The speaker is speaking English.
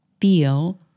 feel